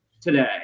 today